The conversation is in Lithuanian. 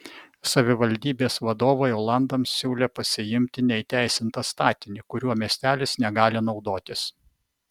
savivaldybės vadovai olandams siūlė pasiimti neįteisintą statinį kuriuo miestelis negali naudotis